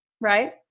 right